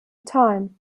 time